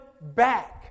back